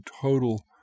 total